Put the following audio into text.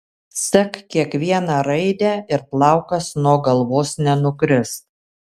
sek kiekvieną raidę ir plaukas nuo galvos nenukris